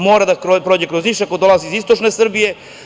Mora da prođe kroz Niš, ako dolazi iz istočne Srbije.